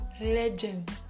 legend